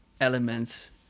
elements